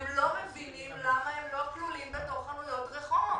לא מבינים למה הם לא כלולים בתוך חנויות הרחוב.